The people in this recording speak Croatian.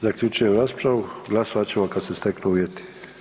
Zaključujem raspravu, glasovat ćemo kada se steknu uvjeti.